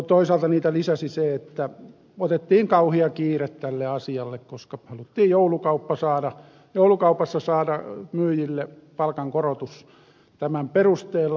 toisaalta niitä lisäsi se että otettiin kauhea kiire tälle asialle koska haluttiin joulukaupassa saada myyjille palkankorotus tämän perusteella